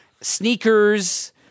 Sneakers